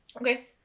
Okay